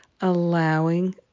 allowing